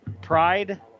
pride